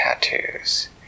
tattoos